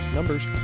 Numbers